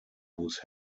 whose